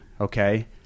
okay